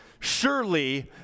Surely